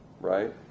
right